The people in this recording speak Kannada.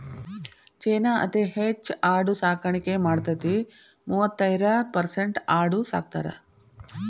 ಚೇನಾ ಅತೇ ಹೆಚ್ ಆಡು ಸಾಕಾಣಿಕೆ ಮಾಡತತಿ, ಮೂವತ್ತೈರ ಪರಸೆಂಟ್ ಆಡು ಸಾಕತಾರ